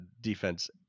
defense